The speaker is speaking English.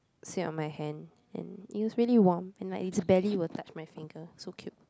sit on my hand and it was really warm and like it's belly will touch my finger so cute